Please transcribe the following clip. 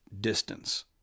distance